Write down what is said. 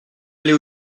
aller